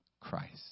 Christ